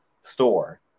store